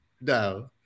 No